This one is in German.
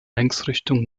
längsrichtung